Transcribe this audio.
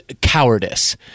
cowardice